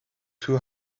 two